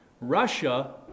Russia